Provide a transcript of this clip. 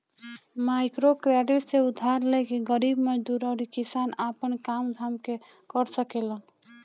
microcredit से उधार लेके गरीब मजदूर अउरी किसान आपन काम धाम कर सकेलन